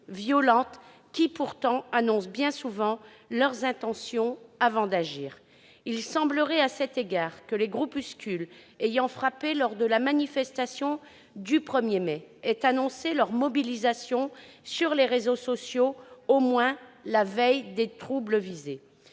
violentes qui, pourtant, annoncent bien souvent leurs intentions avant d'agir. À cet égard, il semblerait que les groupuscules ayant frappé lors de la manifestation du 1 mai dernier aient annoncé leur « mobilisation » sur les réseaux sociaux, au moins la veille des troubles visés.